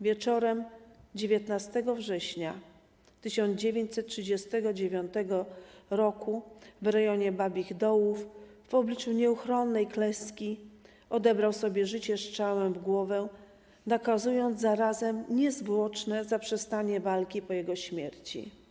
Wieczorem 19 września 1939 r. w rejonie Babich Dołów w obliczu nieuchronnej klęski odebrał sobie życie strzałem w głowę, nakazując zarazem niezwłoczne zaprzestanie walki po jego śmierci.